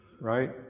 right